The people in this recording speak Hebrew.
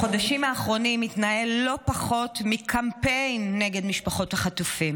בחודשים האחרונים מתנהל לא פחות מקמפיין נגד משפחות החטופים.